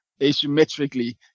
asymmetrically